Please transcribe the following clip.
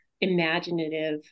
imaginative